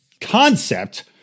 concept